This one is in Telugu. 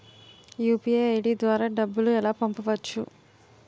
యు.పి.ఐ ఐ.డి ద్వారా డబ్బులు ఎలా పంపవచ్చు?